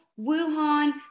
Wuhan